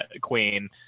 queen